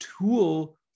tool